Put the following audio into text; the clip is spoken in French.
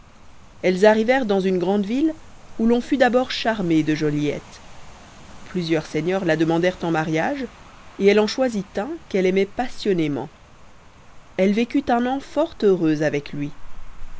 elles arrivèrent dans une grande ville où l'on fut d'abord charmé de joliette plusieurs seigneurs la demandèrent en mariage et elle en choisit un qu'elle aimait passionnément elle vécut un an fort heureuse avec lui